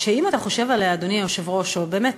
שאם אתה חושב עליה, אדוני היושב-ראש, באמת,